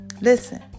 Listen